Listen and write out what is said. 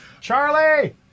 Charlie